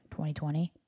2020